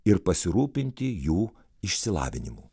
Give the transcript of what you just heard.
ir pasirūpinti jų išsilavinimu